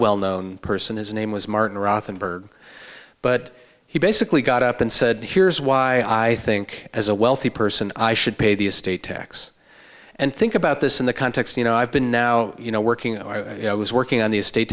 well known person his name was martin rottenberg but he basically got up and said here's why i think as a wealthy person i should pay the estate tax and think about this in the context you know i've been now you know working i was working on the estate